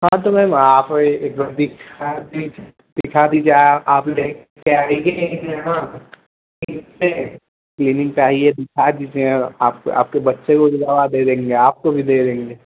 हाँ तो मैम आप एक बार दिखा दीजिए दिखा दीजिए आप ले कर आइए यहाँ क्लिनिक पर क्लिनिक पर आइए दिखा देते हैं आप आपके बच्चे को भी दवा दे देंगे आपको भी दे देंगे